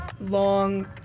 long